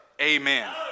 amen